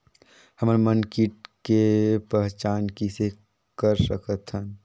हमन मन कीट के पहचान किसे कर सकथन?